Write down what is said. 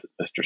Mr